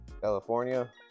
California